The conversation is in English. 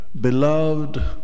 Beloved